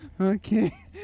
okay